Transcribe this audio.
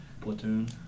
Platoon